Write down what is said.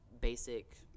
basic